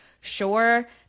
sure